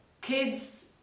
Kids